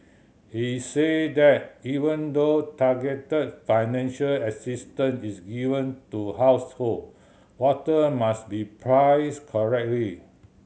he said that even though targeted financial assistant is given to household water must be priced correctly